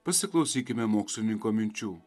pasiklausykime mokslininko minčių